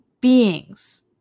beings